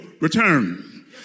return